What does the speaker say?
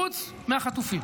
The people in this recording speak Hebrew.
חוץ מהחטופים,